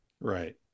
Right